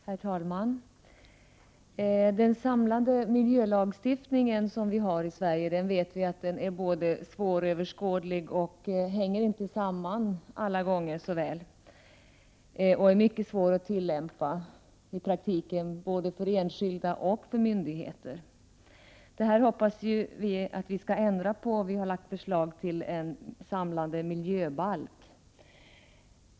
Herr talman! Den samlade miljölagstiftningen i Sverige är svåröverskådlig och hänger inte samman så väl alla gånger. Det vet vi. Den är dessutom mycket svår att tillämpa i praktiken, både för enskilda och myndigheter. Miljöpartiet hoppas att det skall bli ändring i fråga om detta och har lagt fram förslag om en samlad miljöbalk.